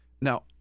Now